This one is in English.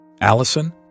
Allison